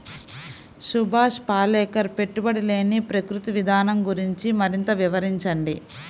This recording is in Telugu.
సుభాష్ పాలేకర్ పెట్టుబడి లేని ప్రకృతి విధానం గురించి మరింత వివరించండి